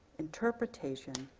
interpretation,